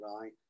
right